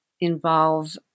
involve